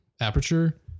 aperture